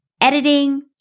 editing